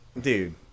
Dude